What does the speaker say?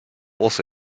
also